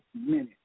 minute